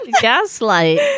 Gaslight